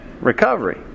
recovery